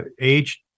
age